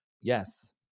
Yes